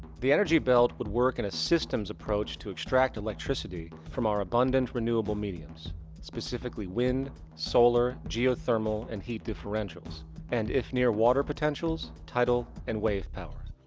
the energy belt would work in a systems approach to extract electricity from our abundant renewable mediums specifically wind, solar, geothermal and heat differentials and if near water potentials tidal and wave power.